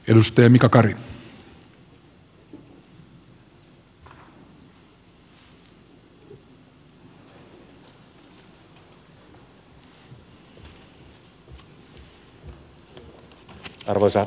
arvoisa herra puhemies